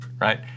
right